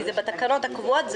כי זה בתקנות הקבועות,